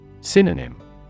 Synonym